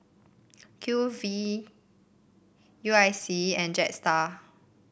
Q V U I C and Jetstar